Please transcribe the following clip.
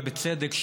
ובצדק,